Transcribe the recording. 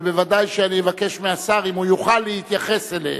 ובוודאי שאני אבקש מהשר אם הוא יוכל להתייחס אליהם.